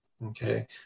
Okay